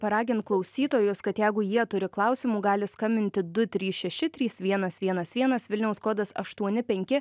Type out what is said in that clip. paragint klausytojus kad jeigu jie turi klausimų gali skambinti du trys šeši trys vienas vienas vienas vilniaus kodas aštuoni penki